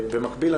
במקביל,